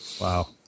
Wow